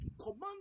command